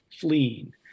fleeing